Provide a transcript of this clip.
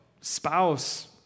spouse